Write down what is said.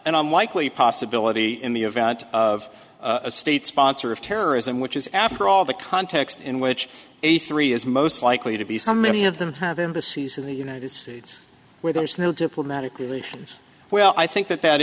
unlikely possibility in the event of a state sponsor of terrorism which is after all the context in which a three is most likely to be so many of them have embassies in the united states where there is no diplomatic relations well i think that that